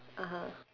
(uh huh)